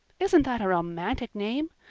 isn't that a romantic name?